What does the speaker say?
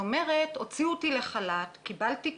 הוצאה לחל"ת ולמעשה עכשיו היא מקבלת דמי